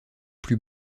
plus